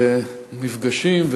על מפגשים,